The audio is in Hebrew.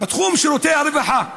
בתחום שירותי הרווחה,